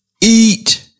eat